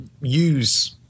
use